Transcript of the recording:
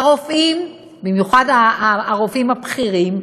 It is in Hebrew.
הרופאים, במיוחד הרופאים הבכירים,